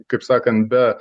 kaip sakant be